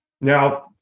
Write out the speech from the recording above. Now